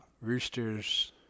Rooster's